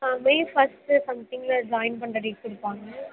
ஆ May first சம்திங்க்ல join பண்ணுற date கொடுப்பாங்க